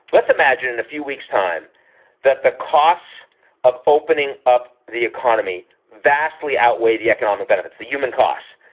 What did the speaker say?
let's imagine and a few weeks time that the costs of opening up the economy vastly outweigh the economic benefits. the human costs.